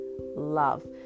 love